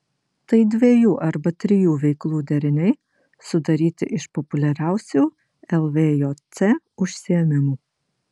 tai dviejų arba trijų veiklų deriniai sudaryti iš populiariausių lvjc užsiėmimų